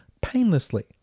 painlessly